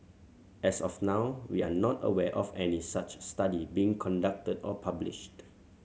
as of now we are not aware of any such study being conducted or published